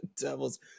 Devils